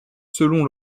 selon